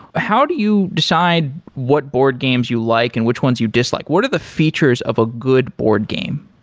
how do you decide what board games you like and which ones you dislike? what are the features of a good board game?